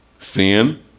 sin